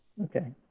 Okay